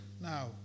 Now